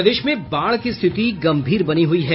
प्रदेश में बाढ़ की स्थिति गंभीर बनी हुई है